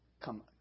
Come